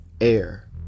air